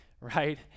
right